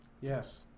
Yes